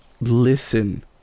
listen